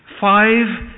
five